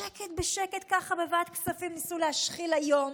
בשקט בשקט, ככה, בוועדת כספים, ניסו להשחיל היום,